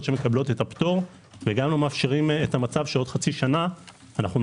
שמקבלות את הפטור וגם לא מאפשרים את המצב שעוד חצי שנה נחזור